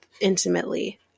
intimately